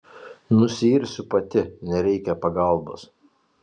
nusiirsiu pati nereikia pagalbos